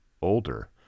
older